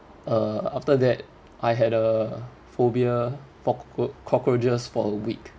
uh after that I had a phobia for cock~ cockroaches for a week